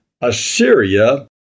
Assyria